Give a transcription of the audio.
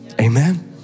amen